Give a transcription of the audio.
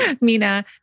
Mina